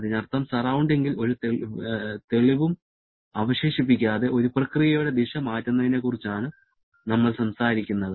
അതിനർത്ഥം സറൌണ്ടിങ്ങിൽ ഒരു തെളിവും അവശേഷിപ്പിക്കാതെ ഒരു പ്രക്രിയയുടെ ദിശ മാറ്റുന്നതിനെക്കുറിച്ചാണ് നമ്മൾ സംസാരിക്കുന്നത്